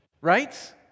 Right